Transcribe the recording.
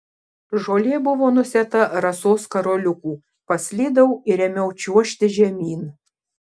žolė buvo nusėta rasos karoliukų paslydau ir ėmiau čiuožti žemyn